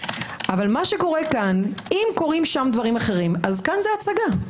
אבל אם קורים שם דברים אחרים - כאן זה הצגה.